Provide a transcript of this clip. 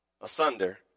asunder